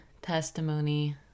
testimony